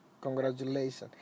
Congratulations